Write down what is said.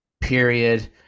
Period